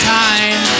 time